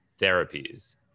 therapies